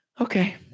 Okay